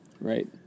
right